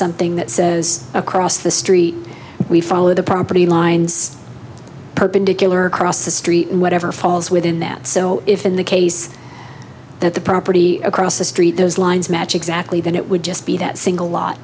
something that says across the street we follow the property lines perpendicular across the street and whatever falls within that so if in the case that the property across the street those lines match exactly then it would just be that single lot